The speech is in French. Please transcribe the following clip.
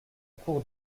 cour